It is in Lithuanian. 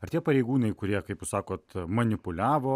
ar tie pareigūnai kurie kaip jūs sakot manipuliavo